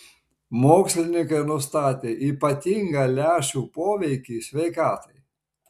mokslininkai nustatė ypatingą lęšių poveikį sveikatai